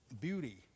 beauty